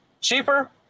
cheaper